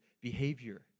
behavior